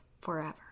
forever